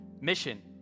mission